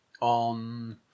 on